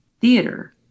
theater